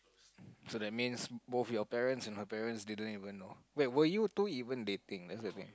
so that means both your parents and her parents didn't even know wait were you two even dating that's the thing